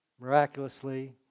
miraculously